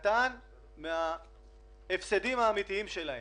כדי שכולם יהיו זכאים ויקבלו את הכסף,